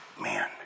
man